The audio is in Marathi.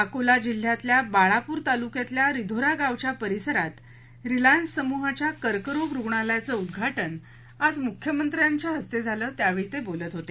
अकोला जिल्ह्यातल्या बाळापूर तालूक्यातल्या रिधोरा गावाच्या परिसरात रिलायन्स समुहाच्या कर्करोग रुग्णालयाचं उद्घाटन आज मुख्यमंत्र्यांच्या हस्ते झालं त्यावेळी ते बोलत होते